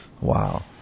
Wow